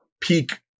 peak